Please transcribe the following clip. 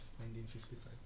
1955